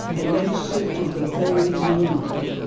and that shifted the whole mood